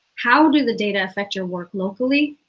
how do the data affect your work locally?